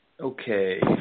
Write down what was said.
Okay